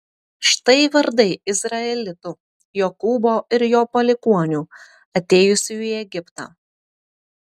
štai vardai izraelitų jokūbo ir jo palikuonių atėjusių į egiptą